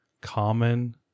common